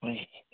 ꯍꯣꯏ